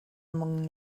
among